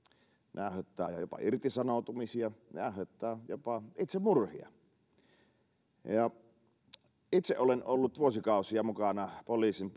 ne aiheuttavat jopa irtisanoutumisia ne aiheuttavat jopa itsemurhia itse olen ollut vuosikausia mukana poliisin